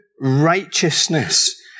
righteousness